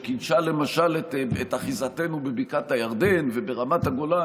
שקידשה למשל את אחיזתנו בבקעת הירדן וברמת הגולן.